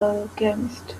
alchemist